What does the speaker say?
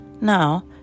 Now